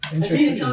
Interesting